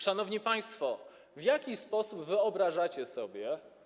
Szanowni państwo, w jaki sposób wyobrażacie sobie.